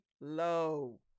low